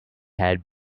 had